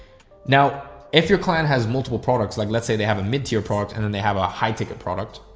now if your client has multiple products, like let's say they have a mid tier product and then they have a high ticket product.